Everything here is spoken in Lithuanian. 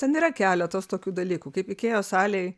ten yra keletas tokių dalykų kaip ikėjos salėj